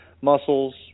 muscles